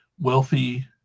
wealthy